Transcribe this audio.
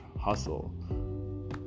hustle